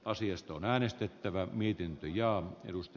asiasta on äänestettävä miten teija edusti